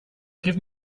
give